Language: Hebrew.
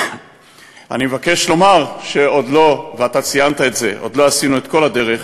אני מבקש לומר שעוד לא עשינו את כל הדרך,